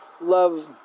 love